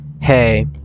hey